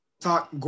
talk